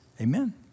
Amen